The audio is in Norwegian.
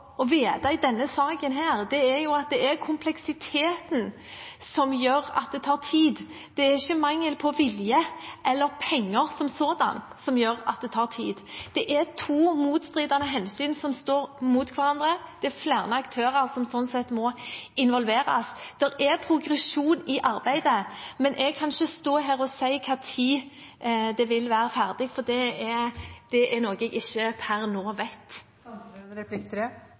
i denne saken, er at det er kompleksiteten som gjør at det tar tid. Det er ikke mangel på vilje eller penger som sådan som gjør at det tar tid. Det er to motstridende hensyn som står mot hverandre. Det er flere aktører som sånn sett må involveres. Der er progresjon i arbeidet, men jeg kan ikke stå her og si når det vil være ferdig, for det er noe jeg per nå ikke vet. Jeg har den klare oppfatningen at Riksantikvaren er positiv til at det